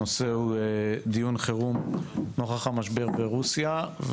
הנושא הוא דיון חירום נוכח המשבר ברוסיה,